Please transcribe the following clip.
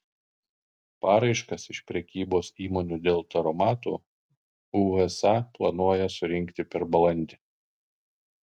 paraiškas iš prekybos įmonių dėl taromatų usa planuoja surinkti per balandį